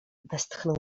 westchnął